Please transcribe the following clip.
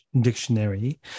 dictionary